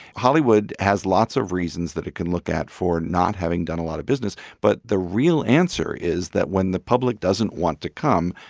hollywood has lots of reasons that it can look at for not having done a lot of business. but the real answer is that when the public doesn't want to come,